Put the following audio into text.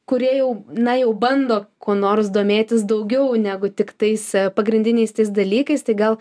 kurie jau na jau bando kuo nors domėtis daugiau negu tik tais pagrindiniais dalykais tai gal